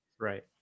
Right